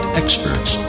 experts